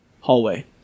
hallway